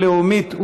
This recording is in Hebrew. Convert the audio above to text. טרומית,